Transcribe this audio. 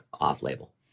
off-label